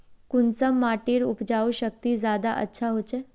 कुंसम माटिर उपजाऊ शक्ति ज्यादा अच्छा होचए?